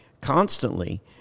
constantly